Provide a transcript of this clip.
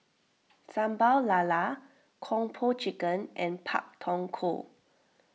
Sambal Lala Kung Po Chicken and Pak Thong Ko